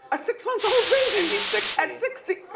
a six-month-old baby. and he's sixty. at sixty.